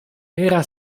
era